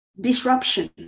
Disruption